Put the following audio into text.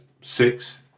six